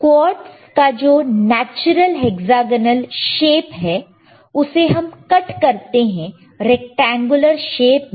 quartz का जो natural hexagonal shape है उसे हम कट करते हैं रैक्टेंगुलर शेप में